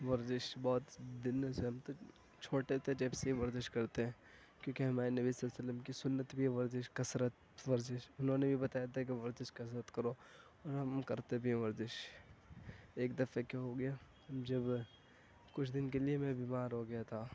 ورزش بہت دنوں سے ہم تو چھوٹے سے جب سے ورزش کرتے ہیں کیونکہ ہمارے نبی صلی اللہ علیہ وسلم کی سنت بھی ہے ورزش کسرت ورزش انہوں نے بھی بتایا تھا کہ ورزش کسرت کرو اور ہم کرتے بھی ہیں ورزش ایک دفعہ کیا ہو گیا جب کچھ دن کے لیے میں بیمار ہو گیا تھا